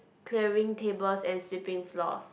clearing tables and sweeping floors